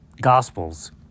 Gospels